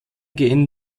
gehen